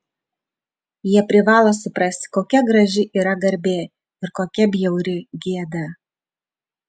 jie privalo suprasti kokia graži yra garbė ir kokia bjauri gėda